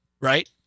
Right